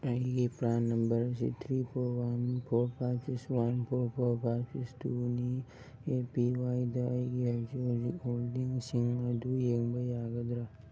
ꯑꯩꯒꯤ ꯄ꯭ꯔꯥꯟ number G T four one four five six one four four five six ꯇꯨꯅꯤ A P ꯋꯥꯏꯗ ꯑꯩꯒꯤ ꯍꯧꯖꯤꯛ ꯍꯧꯖꯤꯛ ꯍꯣꯜꯗꯤꯡꯁꯤꯡ ꯑꯗꯨ ꯌꯦꯡꯕ ꯌꯥꯒꯗ꯭ꯔꯥ